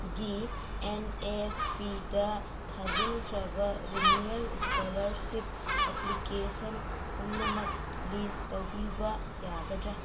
ꯒꯤ N S ꯄꯤꯗ ꯊꯥꯖꯤꯟꯈ꯭ꯔꯕ ꯔꯤꯅꯨꯋꯦꯜ ꯏꯁꯀꯣꯂꯔꯁꯤꯞ ꯑꯦꯄ꯭ꯂꯤꯀꯦꯁꯟ ꯄꯨꯝꯅꯃꯛ ꯂꯤꯁ ꯇꯧꯕꯤꯕ ꯌꯥꯒꯗ꯭ꯔꯥ